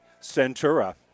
Centura